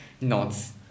Nods